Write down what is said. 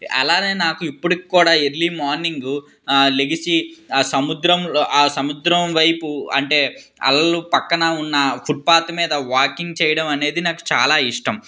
అలానే నాకు ఇప్పుడికి కూడా ఎర్లీ మార్నింగు లెగిసి సముద్రం ఆ సముద్రం వైపు అంటే అలలు పక్కన ఉన్న ఫుట్పాత్ మీద వాకింగ్ చేయడం అనేది నాకు చాలా ఇష్టం